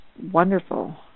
wonderful